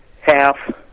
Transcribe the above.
half